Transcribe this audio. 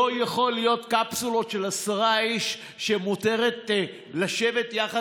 לא יכול להיות שלקפסולות של עשרה איש מותרת לשבת יחד